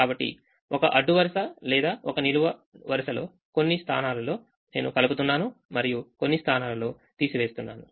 కాబట్టి ఒక అడ్డు వరుస లేదా ఒక నిలువు వరుసలో కొన్ని స్థానాలులో నేను కలుపుతున్నాను మరియుకొన్ని స్థానాలులో తీసి వేస్తున్నాను